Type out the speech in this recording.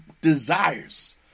desires